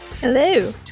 Hello